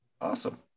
Awesome